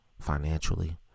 financially